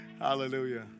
Hallelujah